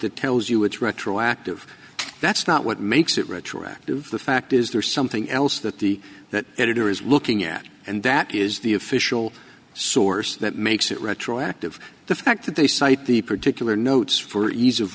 that tells you it's retroactive that's not what makes it retroactive the fact is there's something else that the that editor is looking at and that is the official source that makes it retroactive the fact that they cite the particular notes for ease of